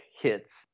hits